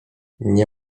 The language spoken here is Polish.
nie